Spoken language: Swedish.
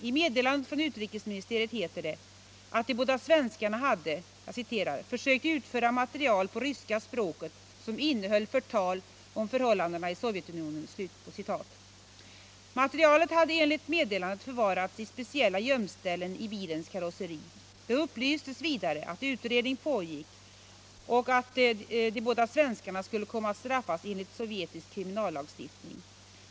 I meddelandet från utrikesministeriet heter det att de båda svenskarna hade ”försökt utföra material på ryska språket som innehöll förtal om förhållandena i Sovjetunionen”. Materialet hade enligt meddelandet förvarats i speciella gömställen i bilens karosseri. Det upplystes vidare att utredning pågick och att de båda svenskarna skulle komma att straffas enligt sovjetisk kriminallagstiftning.